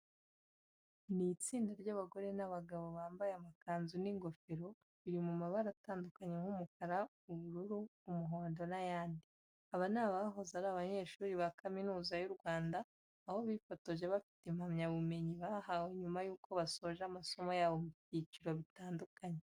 Ni itsinda ry'abagore n'abagabo bambaye amakanzu n'ingofero biri mu mabara atandukanye nk'umukara, ubururu, umuhondo n'ayandi. Aba ni abahoze ari abanyeshuri ba Kaminuza y'u Rwanda, aho bifotoje bafite impamyabumenyi bahawe nyuma y'uko basoje amasomo yabo mu byiciro bitandukanye.